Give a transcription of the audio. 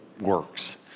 works